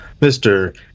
Mr